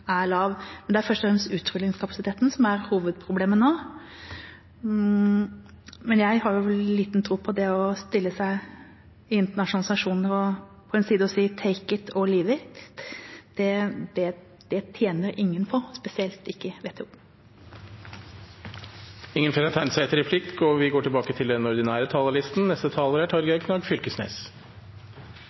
er fortsatt veldig virksom på mange av de fattigste kontinentene, hvor også graden av vaksinasjon er lav. Det er først og fremst utrullingskapasiteten som er hovedproblemet nå, men jeg har liten tro på det å stille seg på en side i internasjonale organisasjoner og si «take it or leave it». Det tjener ingen på, spesielt ikke WTO. Replikkordskiftet er